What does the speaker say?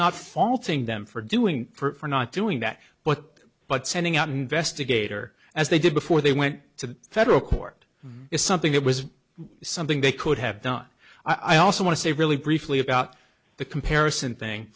faulting them for doing for not doing that but but sending out an investigator as they did before they went to federal court is something that was something they could have done i also want to say really briefly about the comparison thing